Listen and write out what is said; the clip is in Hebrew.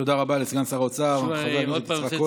תודה רבה לסגן שר האוצר חבר הכנסת יצחק כהן.